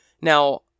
Now